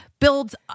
builds